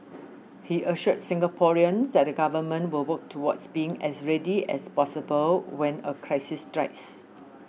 he assured Singaporeans that the government will work towards being as ready as possible when a crisis strikes